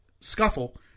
scuffle